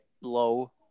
low –